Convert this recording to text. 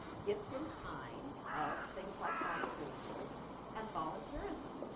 gifts in kind of things like pharmaceuticals and volunteerism.